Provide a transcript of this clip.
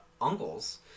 uncles